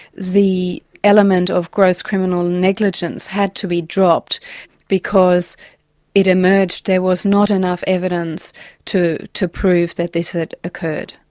the element of gross criminal negligence had to be dropped because it emerged there was not enough evidence to to prove that this had occurred.